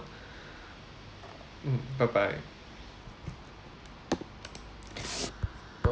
mm bye bye